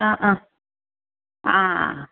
അ ആ ആ